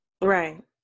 right